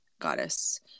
goddess